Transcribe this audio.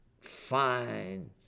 fine